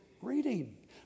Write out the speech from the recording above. reading